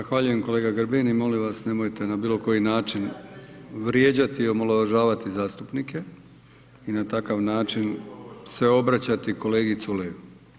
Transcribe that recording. Zahvaljujem kolega Grbin i molim vas nemojte na bilo koji način vrijeđati i omalovažavati zastupnike i na takav način se obraćati kolegi Culeju.